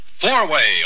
Four-way